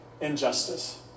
injustice